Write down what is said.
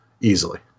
Easily